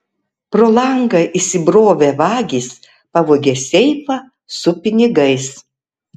pro langą įsibrovę vagys pavogė seifą su pinigais